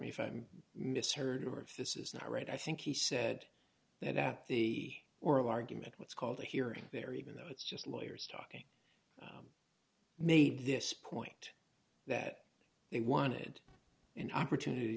me if i'm misheard or if this is not right i think he said that at the oral argument what's called a hearing there even though it's just lawyers talking made this point that they wanted an opportunity